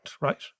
right